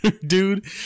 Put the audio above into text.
dude